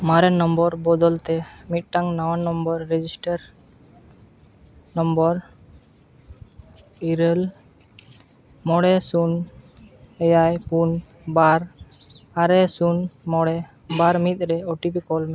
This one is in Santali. ᱢᱟᱨᱮ ᱱᱚᱢᱵᱚᱨ ᱵᱚᱫᱚᱞᱛᱮ ᱢᱤᱫᱴᱟᱝ ᱱᱟᱣᱟ ᱱᱚᱢᱵᱚᱨ ᱨᱮᱡᱤᱥᱴᱟᱨ ᱱᱚᱢᱵᱚᱨ ᱤᱨᱟᱹᱞ ᱢᱚᱬᱮ ᱥᱩᱱ ᱮᱭᱟᱭ ᱯᱩᱱ ᱵᱟᱨ ᱟᱨᱮ ᱥᱩᱱ ᱢᱚᱬᱮ ᱵᱟᱨ ᱢᱤᱫ ᱨᱮ ᱳᱴᱤᱯᱤ ᱠᱳᱞ ᱢᱮ